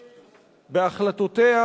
בהחלטותיה,